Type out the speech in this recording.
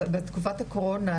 בתקופת הקורונה,